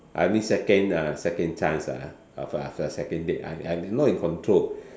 I mean second uh second chance ah of a a second date I'm in I'm not in control